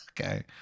Okay